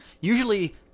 Usually